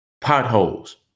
potholes